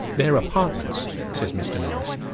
their apartments, says mr. norris,